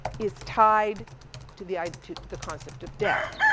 is tied to the id, to the concept of death.